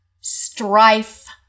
strife